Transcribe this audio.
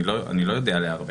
אני לא יודע עליה הרבה